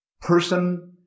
person